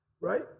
Right